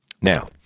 Now